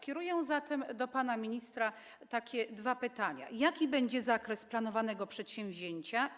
Kieruję zatem do pana ministra takie dwa pytania: Jaki będzie zakres planowanego przedsięwzięcia?